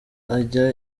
ajya